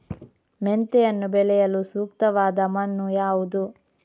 ಮೆಂತೆಯನ್ನು ಬೆಳೆಯಲು ಸೂಕ್ತವಾದ ಮಣ್ಣು ಯಾವುದು?